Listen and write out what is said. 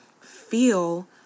feel